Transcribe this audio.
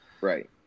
Right